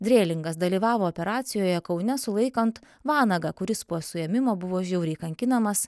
drėlingas dalyvavo operacijoje kaune sulaikant vanagą kuris po suėmimo buvo žiauriai kankinamas